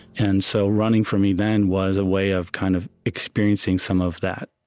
and so running for me then was a way of kind of experiencing some of that.